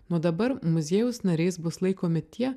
nuo dabar muziejaus nariais bus laikomi tie